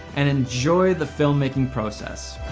and enjoy the filmmaking process.